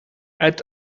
add